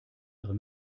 ihre